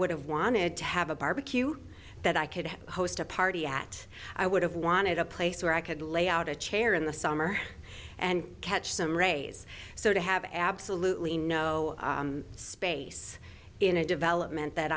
would have wanted to have a barbecue that i could host a party at i would have wanted a place where i could lay out a chair in the summer and catch some rays so to have absolutely no space in a development that